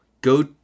Go